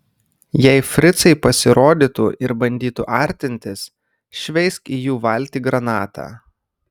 jei fricai pasirodytų ir bandytų artintis šveisk į jų valtį granatą